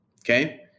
Okay